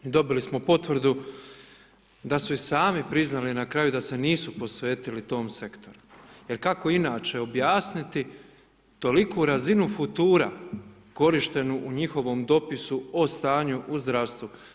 Dobili smo potvrdu da su i sami priznali na kraju da se nisu posvetili tom sektoru jer kako inače objasniti toliku razinu futuru korištenu u njihovom dopisu o stanju u zdravstvu.